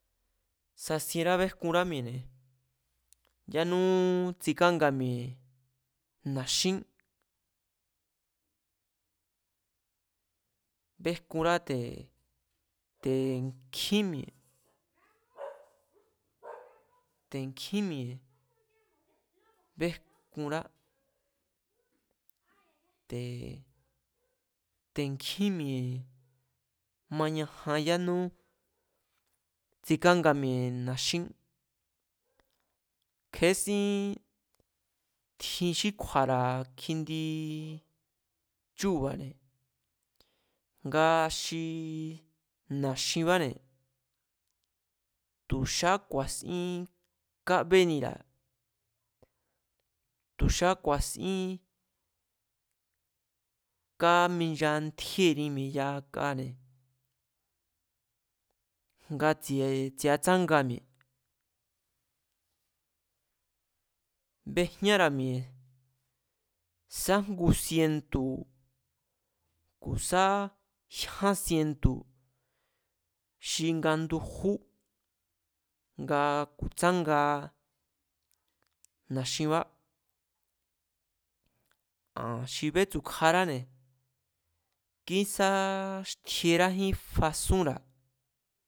Sasienrá béjkunrá mi̱e̱ yánú tsikánga mi̱e̱ na̱xín, béjkunrá te̱ kjín mi̱e̱ mañajan yánú tsikánga mi̱e̱ na̱xín, kje̱esín tjin xí kju̱a̱ra̱ kjindi chúu̱ba̱ne̱ nga xii na-xinbáne̱ tu̱ xaá ku̱a̱sín kábénira̱, tu̱ xaá ku̱a̱sín káminchantjíée̱ni mi̱e̱ yakane̱ ngatsi̱atsánga mi̱e̱. Bejñára̱ mi̱e̱ sá ngu sientu̱ ku̱ sá jyán sientu̱ xi ngandujú nga ku̱tsánga na̱xinbá, an xi betsu̱kjaráne̱, kísá xtierájín fasúnra̱